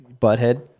Butthead